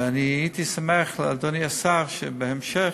ואני הייתי שמח, אדוני השר, שבהמשך,